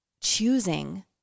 choosing